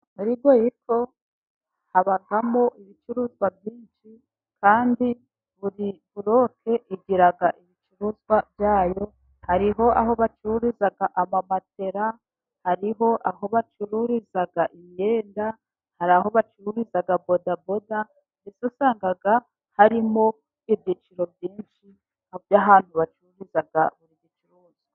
Muri Goyiko habamo ibicuruzwa byinshi, kandi buri boroke igira ibicuruzwa byayo. Hariho aho bacururiza amamatela, hari aho bacururiza imyenda, hari aho bacururiza bodaboda. Mbese usanga harimo ibyiciro byinshi by'ahantu bacururiza buri gicuruzwa.